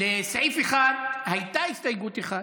לסעיף 1 הייתה הסתייגות אחת,